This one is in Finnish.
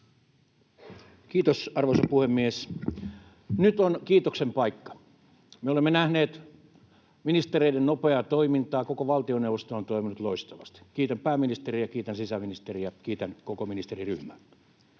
Kiitos, arvoisa puhemies! Nyt on kiitoksen paikka. Me olemme nähneet ministereiden nopeaa toimintaa. Koko valtioneuvosto on toiminut loistavasti. Kiitän pääministeriä ja kiitän sisäministeriä, kiitän koko ministeriryhmää.